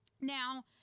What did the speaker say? Now